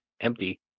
Empty